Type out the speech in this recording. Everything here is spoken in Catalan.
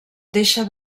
deixa